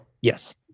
yes